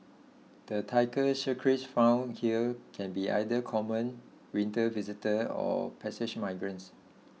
the Tiger Shrikes found here can be either common winter visitor or passage migrants